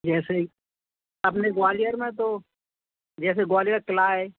जैसे ही अपने ग्वालियर में तो जैसे ग्वालियर क़िला है